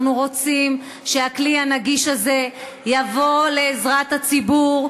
אנחנו רוצים שהכלי הנגיש הזה יבוא לעזרת הציבור,